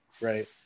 right